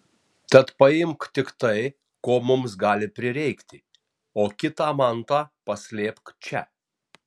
tad paimk tik tai ko mums gali prireikti o kitą mantą paslėpk čia